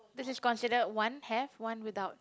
this is considered one have one without